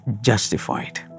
justified